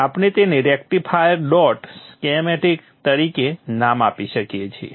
આપણે તેને rectifier dot schematic તરીકે નામ આપી શકીએ છોએ